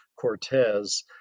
Cortez